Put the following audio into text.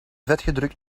vetgedrukt